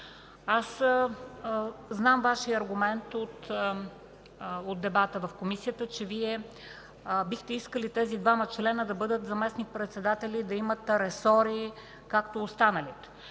Знам Вашия аргумент от дебата в Комисията, че Вие бихте искали тези двама членове да бъдат заместник-председатели, да имат ресори, както останалите.